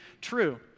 true